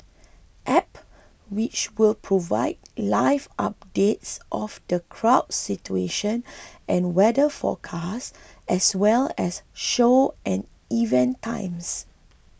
app which will provide live updates of the crowd situation and weather forecast as well as show and event times